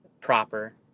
proper